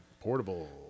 portable